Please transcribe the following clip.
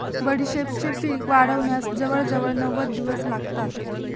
बडीशेपेचे पीक वाढण्यास जवळजवळ नव्वद दिवस लागतात